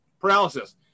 paralysis